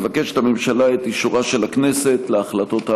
מבקשת הממשלה את אישורה של הכנסת להחלטות האמורות.